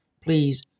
please